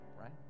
right